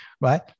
right